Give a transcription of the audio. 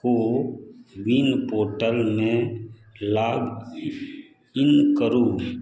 कोविन पोर्टलमे लॉगइन करू